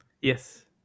Yes